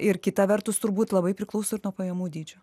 ir kita vertus turbūt labai priklauso nuo pajamų dydžio